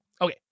Okay